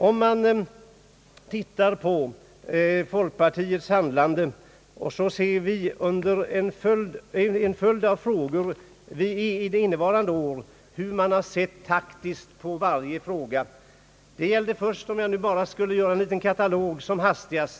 Om man tittar på folkpartiets handlande i en följd av frågor under innevarande år finner man hur folkpartiet sett taktiskt på varje fråga. Låt mig bara räkna upp en liten provkarta som hastigast.